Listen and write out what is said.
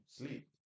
sleep